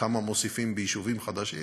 וכמה מוסיפים ביישובים חדשים,